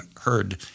heard